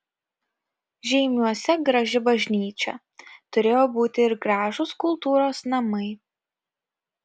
žeimiuose graži bažnyčia turėjo būti ir gražūs kultūros namai